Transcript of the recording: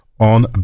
on